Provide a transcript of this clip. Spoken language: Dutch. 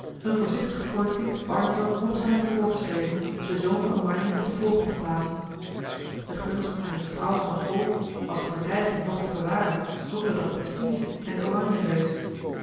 eene voorzichtige politiek barneveld nog zou hebben voorgeschreven den zoon van oranje op den voorgrond te plaatsen de gunst en t vertrouwen van het volk was te verkrijgen noch te bewaren zonder dat prestige en de